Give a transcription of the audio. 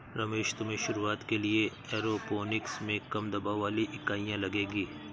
रमेश तुम्हें शुरुआत के लिए एरोपोनिक्स में कम दबाव वाली इकाइयां लगेगी